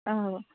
অঁ